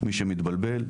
מי שמתבלבל,